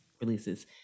releases